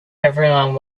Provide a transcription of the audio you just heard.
everyone